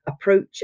approach